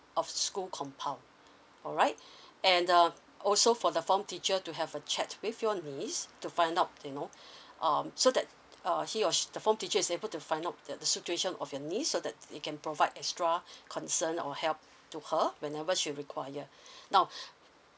of school compound alright and um also for the form teacher to have a chat with your niece to find out you know um so that uh he or she the form teacher is able to find out the situation of your niece so that they can provide extra concern or help to her whenever she require now